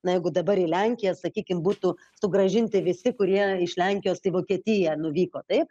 na jeigu dabar į lenkiją sakykim būtų sugrąžinti visi kurie iš lenkijos į vokietiją nuvyko taip